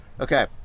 Okay